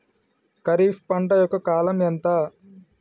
ఖరీఫ్ పంట యొక్క కాలం ఎంత?